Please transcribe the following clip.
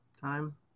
time